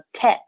tech